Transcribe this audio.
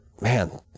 man